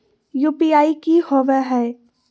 UPI की होवे है?